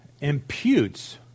imputes